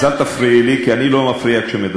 אז אל תפריעי לי כי אני לא מפריע כשמדברים.